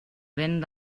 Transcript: vent